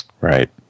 Right